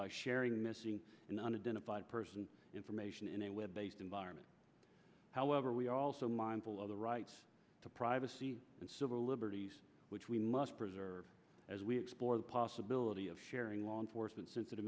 by sharing missing in unadilla five person information in a web based environment however we are also mindful of the rights to privacy and civil liberties which we must preserve as we explore the possibility of sharing law enforcement sensitive